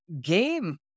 game